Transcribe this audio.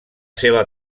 seva